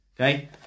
Okay